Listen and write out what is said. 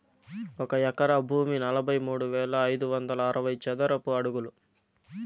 ఒక ఎకరా భూమి నలభై మూడు వేల ఐదు వందల అరవై చదరపు అడుగులు